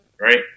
right